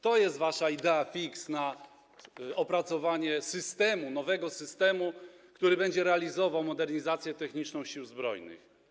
To jest wasza idée fixe na opracowanie systemu, nowego systemu, który będzie przeprowadzał modernizację techniczną Sił Zbrojnych.